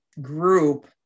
group